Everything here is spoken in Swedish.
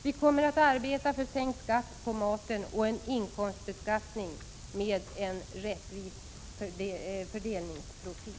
Vi kommer att arbeta för sänkt skatt på maten, och vi kommer att arbeta för en inkomstbeskattning med en rättvis fördelningsprofil.